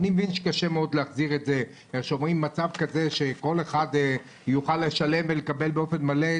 אני מבין שקשה מאוד להחזיר את המצב שכל אחד יוכל לשלם ולקבל באופן מלא.